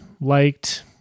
liked